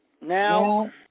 Now